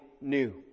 new